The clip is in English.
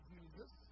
Jesus